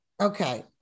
Okay